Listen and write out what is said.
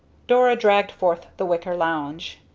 dora dragged forth the wicker lounge.